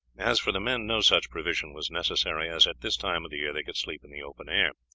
as for the men, no such provision was necessary, as at this time of the year they could sleep in the open air.